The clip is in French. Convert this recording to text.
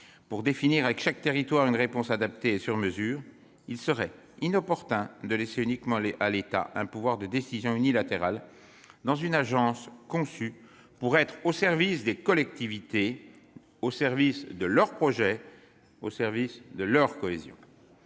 pour définir avec chaque territoire une réponse adaptée et sur mesure, il serait inopportun de laisser à l'État seul un pouvoir de décision unilatérale au sein d'une agence conçue pour être au service des collectivités, de leurs projets, de leur cohésion.